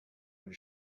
and